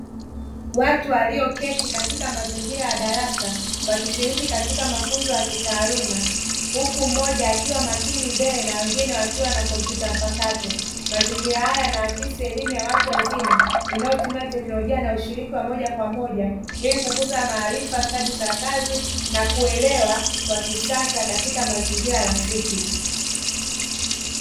Watu walioketi katika mazingira ya darasa wakishiriki katika mafunzo ya kitaaluma huku mmoja akiwa makini mbele na wengine wakiwa na computer mpakato, mazingira haya yanaakisi elimu ya watu wazima inayotumia teknolojia na ushiriki wa moja kwa moja ili kukuza maarifa, stadi za kazi na kuelewa kwa kisasa katika mazingira rafiki.